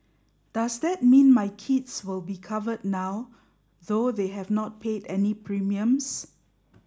does that mean my kids will be covered now though they have not paid any premiums